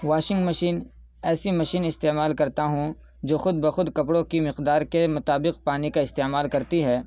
washing machine ایسی machine استعمال کرتا ہوں جو خود بخود کپڑوں کی مقدار کے مطابق پانی کا استعمال کرتی ہے